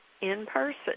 in-person